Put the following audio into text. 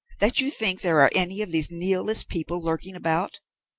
that you think there are any of these nihilist people lurking about?